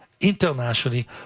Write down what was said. internationally